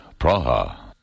Praha